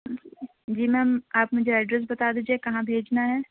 جی ma'am آپ مجھے address بتا دیجیے کہاں بھیجنا ہے